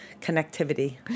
connectivity